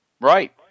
Right